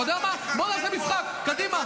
אתה יודע מה, בוא נעשה משחק, קדימה.